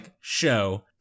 show